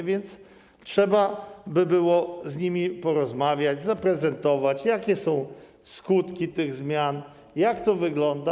A więc trzeba by było z nimi porozmawiać, zaprezentować, jakie są skutki tych zmian, jak to wygląda.